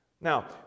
Now